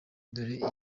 dore